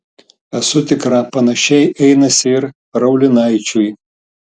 esu tikra panašiai einasi ir raulinaičiui